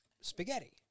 spaghetti